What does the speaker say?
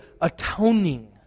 atoning